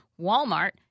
Walmart